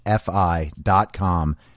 fi.com